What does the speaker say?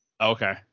Okay